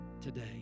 today